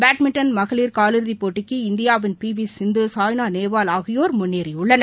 badminton மகளிர் காலிறுதிப் போட்டிக்கு இந்தியாவின் பி வி சிந்து சாய்னாநேவால் ஆகியோர் முன்னேறியுள்ளனர்